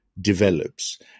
develops